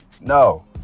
No